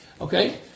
Okay